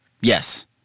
Yes